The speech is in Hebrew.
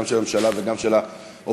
גם של הממשלה וגם של האופוזיציה.